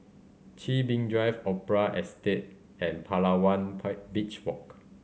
Chin Bee Drive Opera Estate and Palawan pie Beach Walk